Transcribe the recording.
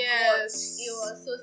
yes